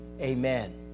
Amen